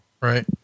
Right